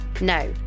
No